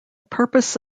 purpose